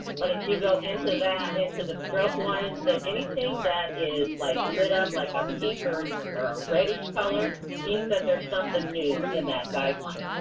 but if you go into that, into the stroke one, anything that is like lit up like a pink or or a reddish color means that there's something new in that guideline.